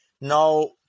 Now